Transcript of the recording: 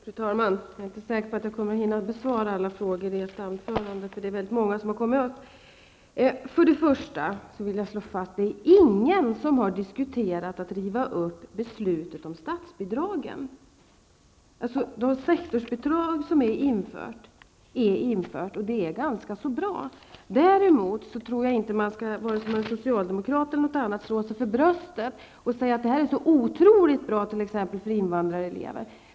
Fru talman! Jag är inte säker på att jag hinner besvara alla frågor i ett anförande, eftersom det var många frågor som togs upp. Först vill jag slå fast att det inte har diskuterats att riva upp beslutet om statsbidrag. Det sektorsbidrag som är infört, det är infört. Det är ganska bra. Däremot tror jag inte att man skall, vare sig man är socialdemokrat eller något annat, slå sig för bröstet och säga att det är otroligt bra för t.ex. invandrarelever.